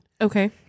Okay